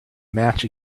match